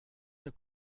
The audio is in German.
der